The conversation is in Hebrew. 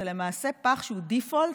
זה למעשה פח שהוא default,